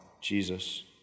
Jesus